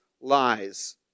lies